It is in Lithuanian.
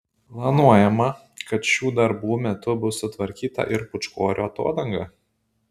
planuojama kad šių darbų metu bus sutvarkyta ir pūčkorių atodanga